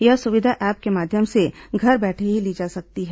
यह सुविधा ऐप के माध्यम से घर बैठे ली जा सकती है